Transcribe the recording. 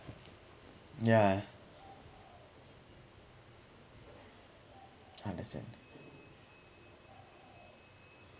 yeah understand